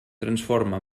transforma